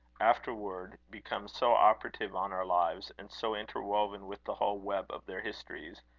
afterwards become so operative on our lives, and so interwoven with the whole web of their histories,